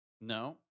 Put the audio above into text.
No